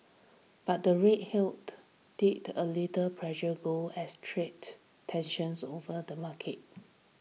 but the rate healed did a little pressure gold as trade tensions over the market